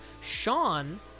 Sean